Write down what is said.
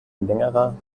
längerer